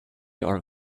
are